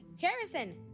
Harrison